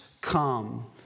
come